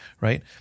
right